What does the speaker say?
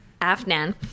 Afnan